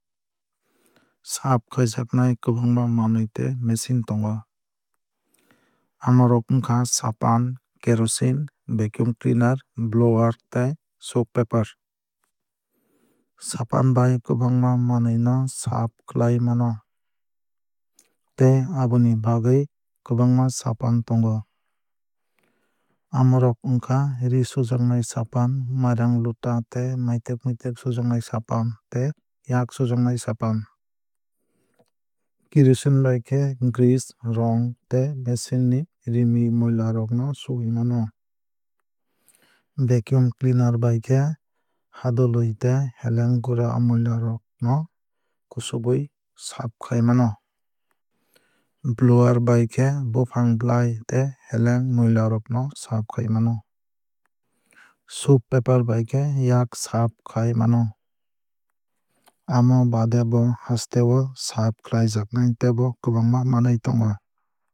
Saaf khaijaknai kwbangma manwui tei machine tongo. Amo rok wngkha sapan keroesene vacuum cleaner blower tei soap paper. Sapan bai kwbangma manwui no saaf khlai mano tei aboni bagwui kwbangma sapan tongo. Amo rok wngkha ree sujaknai sapan mairang luta tei maitwk muitwk sujaknai sapan tei yak sujaknai sapan. Kerosene bai khe grease rong tei machine ni rimi moila rok no suwui mano. Vacuum cleaner bai khe hadwlawui tei heleng gura moila rok no kusubui saaf khai mano. Blower bai khe bufang blai tei heleng moila rok no saaf khai mano. Soap paper bai khe yak saaf khai mano. Amo baade bo hasteo saaf khlaijaknai tebo kwbangma manwui tongo.